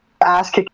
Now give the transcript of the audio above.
Ask